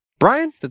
Brian